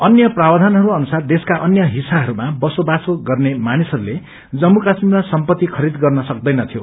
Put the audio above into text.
अन्य प्रावधानहरू अनुसार देशका अन्य हिस्साहरूमा बसोबासो गर्ने मानिसहरूले लम्मू काश्वीरमा सम्पति खारीद गर्न सक्दैन्थ्यो